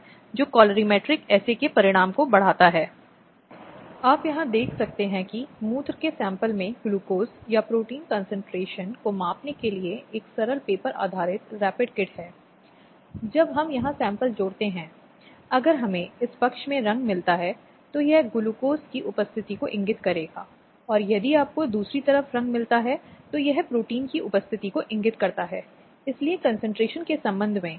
इसलिए अगर महिला को परिवार द्वारा प्रताड़ित किया जाता है और परिवार से बाहर निकाल दिया और बच्चों को तो आप जानते हैं परिवार में रखा जाता है और उसे मिलने से रोका जाता है या उसे शामिल होने से रोका जाता है ताकि महिला के साथ दुर्व्यवहार या गंभीर मनोवैज्ञानिक आघात हो